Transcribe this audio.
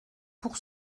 pour